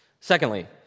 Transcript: Secondly